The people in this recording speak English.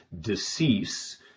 decease